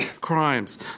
crimes